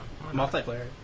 Multiplayer